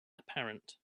apparent